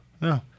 No